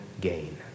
gain